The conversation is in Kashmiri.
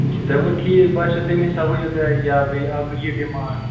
یہِ تۄہہِ وۄنۍ ٹھیٖک باسیو تَمہِ حساب ؤنو تُہۍ یا بیٚیہِ اکھ گوٚو یہِ ڈِمانٛڈ